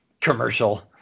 Commercial